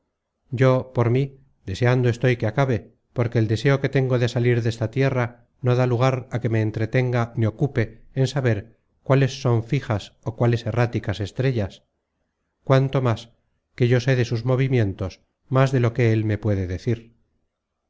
yo por mí deseando estoy que acabe porque el deseo que tengo de salir de esta tierra no da lugar á que me entretenga ni ocupe en saber cuáles son fijas ó cuáles erráticas estrellas cuanto más que yo sé de sus movimientos más de lo que él me puede decir